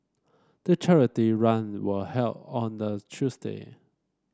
the charity run were held on a Tuesday